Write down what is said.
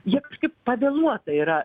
jie kažkaip pavėluotai yra